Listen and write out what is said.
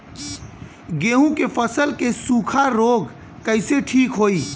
गेहूँक फसल क सूखा ऱोग कईसे ठीक होई?